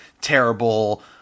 terrible